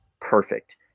perfect